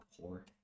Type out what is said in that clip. poor